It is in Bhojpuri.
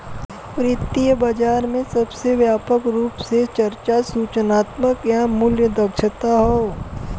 वित्तीय बाजार में सबसे व्यापक रूप से चर्चा सूचनात्मक या मूल्य दक्षता हौ